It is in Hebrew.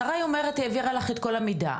שריי אומרת שהיא העבירה אלייך את כל המידע,